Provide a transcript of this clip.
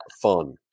fun